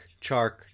Chark